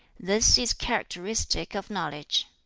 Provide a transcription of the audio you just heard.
this is characteristic of knowledge.